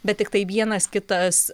bet tiktai vienas kitas